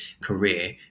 career